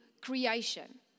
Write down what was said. creation